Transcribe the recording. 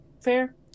fair